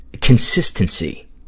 consistency